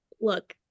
look